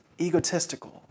egotistical